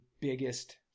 biggest